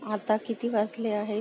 आता किती वाजले आहेत